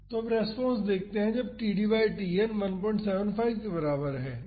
तो अब रेस्पॉन्स देखते हैं जब td बाई Tn 175 के बराबर है